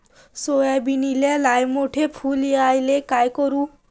सोयाबीनले लयमोठे फुल यायले काय करू?